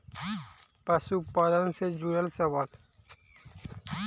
पशुपालन से जुड़ल सवाल?